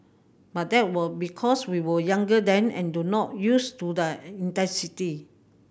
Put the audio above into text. but that were because we were younger then and do not used to the intensity